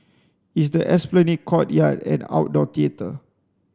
it's the Esplanade courtyard and outdoor theatre